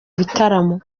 bitaramo